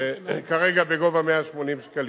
כרגע בגובה של 180 שקלים.